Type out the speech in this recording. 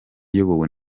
iyobowe